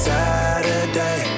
Saturday